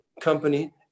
company